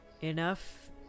Enough